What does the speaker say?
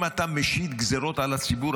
אם אתה משית גזרות על הציבור,